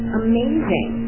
amazing